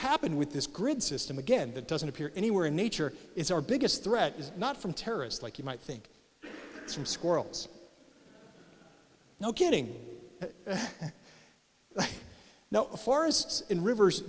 happened with this grid system again that doesn't appear anywhere in nature is our biggest threat is not from terrorists like you might think it's from squirrels no kidding now forests in rivers